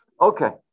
Okay